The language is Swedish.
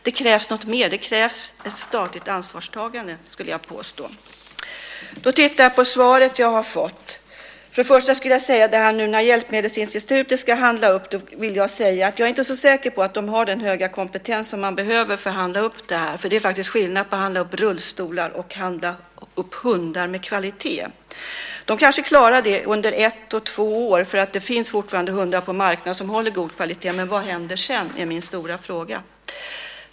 Det krävs något mer. Jag skulle påstå att det krävs ett statligt ansvarstagande. Jag tittar på det svar som jag har fått. Jag är inte så säker på att Hjälpmedelsinstitutet som nu ska handla upp har den höga kompetens som man behöver för att handla upp detta. Det är faktiskt skillnad på att handla upp rullstolar och att handla upp hundar med kvalitet. Det kanske klarar det under ett eller två år därför att det fortfarande finns hundar på marknaden som håller god kvalitet. Men vad händer sedan? Det är min stora fråga.